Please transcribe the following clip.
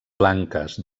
blanques